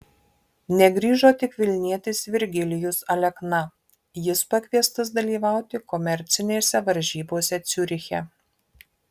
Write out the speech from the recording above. negrįžo tik vilnietis virgilijus alekna jis pakviestas dalyvauti komercinėse varžybose ciuriche